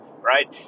right